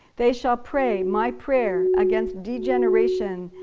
they shall pray my prayer against degeneration,